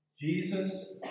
Jesus